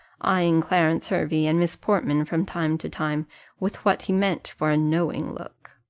eyeing clarence hervey and miss portman from time to time with what he meant for a knowing look.